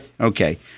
Okay